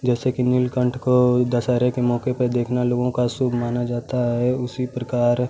जैसे कि नीलकंठ को दशहरे के मौके पे देखना लोगों का शुभ माना जाता है उसी प्रकार